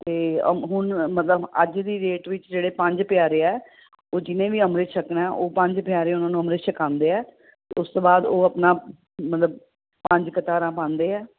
ਅਤੇ ਹੁਣ ਮਤਲਬ ਅੱਜ ਦੀ ਡੇਟ ਵਿੱਚ ਜਿਹੜੇ ਪੰਜ ਪਿਆਰੇ ਹੈ ਉਹ ਜਿਹਨੇ ਵੀ ਅੰਮ੍ਰਿਤ ਛਕਣਾ ਉਹ ਪੰਜ ਪਿਆਰੇ ਉਹਨਾਂ ਨੂੰ ਅੰਮ੍ਰਿਤ ਛਕਾਉਂਦੇ ਹੈ ਉਸ ਤੋਂ ਬਾਅਦ ਉਹ ਆਪਣਾ ਮਤਲਬ ਪੰਜ ਕਰਾਰਾਂ ਪਾਉਂਦੇ ਹੈ